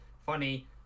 funny